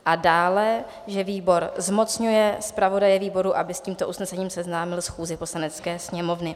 A dále, že výbor zmocňuje zpravodaje výboru, aby s tímto usnesením seznámil schůzi Poslanecké sněmovny.